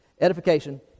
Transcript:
Edification